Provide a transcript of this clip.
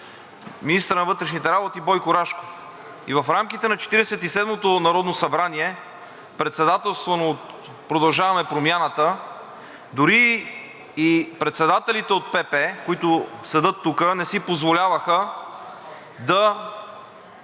министъра на вътрешните работи Бойко Рашков. В рамките на Четиридесет и седмото Народно събрание, председателствано от „Продължаваме Промяната“, дори и председателите от ПП, които седят тук, не си позволяваха да